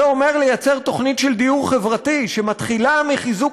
זה אומר לייצר תוכנית של דיור חברתי שמתחילה מחיזוק